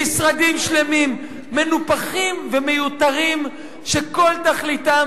המשרדים שלהם מנופחים ומיותרים וכל תכליתם